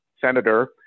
Senator